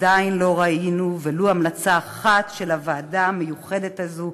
עדיין לא ראינו ולו המלצה אחת של הוועדה המיוחדת הזו,